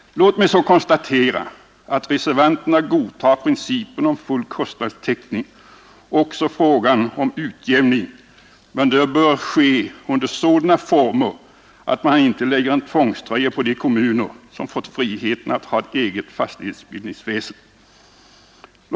Låt mig så konstatera att reservanterna godtar principen om full kostnadstäckning och även principen om utjämning, men den bör ske under sådana former att man inte lägger en tvångströja på de kommuner som har fått friheten att ha eget fastighetsbildningsväsen.